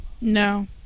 No